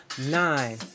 nine